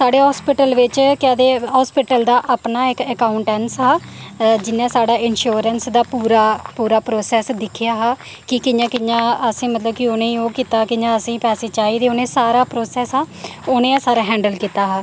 साढ़े हास्पिटल बिच केह् आखदे हास्पिटल दा अपना एक्क अकाउंटेंट्स हा जिन्ने दिक्खेआ हा कि कि'यां कि'यां असें मतलब कि उ'नेंगी ओह् कीता कि'यां असेंगी पैसे चाईदे उ'नें सारा प्रोसेस हा उ'नें गै सारा हैंडल कीता हा